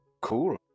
Cool